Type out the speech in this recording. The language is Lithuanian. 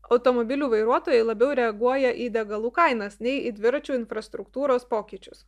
automobilių vairuotojai labiau reaguoja į degalų kainas nei į dviračių infrastruktūros pokyčius